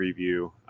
preview